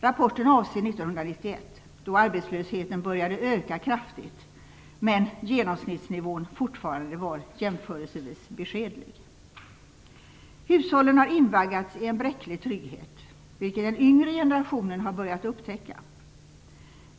Rapporten avser 1991 då arbetslösheten började öka kraftigt, medan genomsnittsnivån fortfarande var jämförelsevis beskedlig. Hushållen har invaggats i en bräcklig trygghet, vilket den yngre generationen har börjat upptäcka.